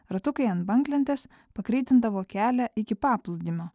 ratukai ant banglentės pagreitindavo kelią iki paplūdimio